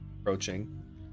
approaching